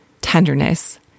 tenderness